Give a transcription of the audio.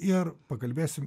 ir pakalbėsim